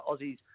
Aussies